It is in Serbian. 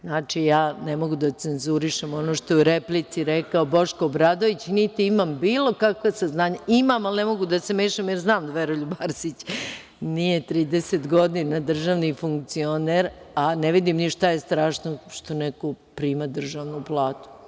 Znači, ne mogu da cenzurišem ono što je u replici rekao Boško Obradović, niti imam bilo kakva saznanja, imam ali ne mogu da se mešam, jer znam da Veroljub Arsić nije 30 godina državni funkcioner, a ne vidim ni šta je strašno što neko prima državnu platu.